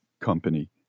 company